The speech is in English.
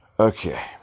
Okay